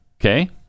Okay